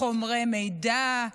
חומרי מידע,